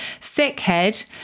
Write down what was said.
Thickhead